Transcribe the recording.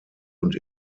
und